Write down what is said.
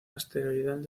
asteroidal